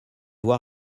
vois